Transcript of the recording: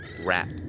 rat